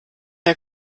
der